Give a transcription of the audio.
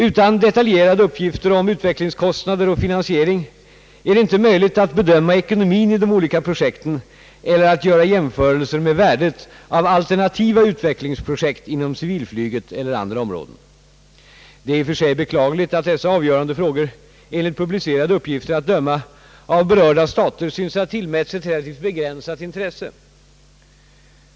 Utan detaljerade uppgifter om utvecklingskostnader och finansiering är det inte möjligt att bedöma ekonomin i de olika projekten eller att göra jämförelser med värdet av alternativa utvecklingsprojekt inom civilflyget eller andra områden. Det är i och för sig beklagligt att dessa avgörande frågor — enligt publicerade uppgifter att döma — av berörda stater synes ha tillmätts ett relativt begränsat intresse.